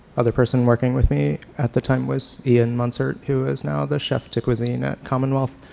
other person working with me at the time was ian muntzert who is now the chef de cuisine at commonwealth,